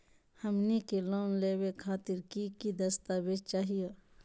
हमनी के लोन लेवे खातीर की की दस्तावेज चाहीयो?